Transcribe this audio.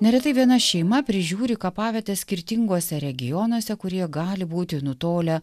neretai viena šeima prižiūri kapavietę skirtinguose regionuose kurie gali būti nutolę